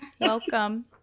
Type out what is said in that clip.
Welcome